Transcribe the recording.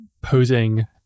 posing